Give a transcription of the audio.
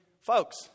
Folks